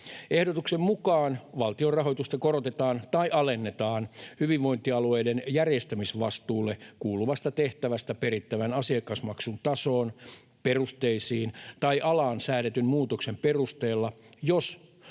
Ehdotuksen mukaan valtionrahoitusta korotetaan tai alennetaan hyvinvointialueiden järjestämisvastuulle kuuluvasta tehtävästä perittävän asiakasmaksun tasoon, perusteisiin tai alaan säädetyn muutoksen perusteella, jos